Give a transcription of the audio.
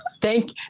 Thank